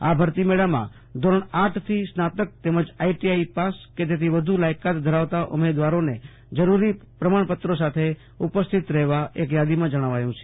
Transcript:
આ ભરતીમેળામાં ધોરણ આઠથી સ્નાતક તેમજ આઈટીઆઈ પાસ કે તેથી વધુ લાયકાત ધરાવતા ઉમેદવારોને જરૂરી પ્રમાણપત્રો સાથે ઉપસ્થિત રહેવા એક યાદીમાં જણાવ્યું છે